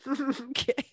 okay